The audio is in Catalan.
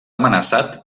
amenaçat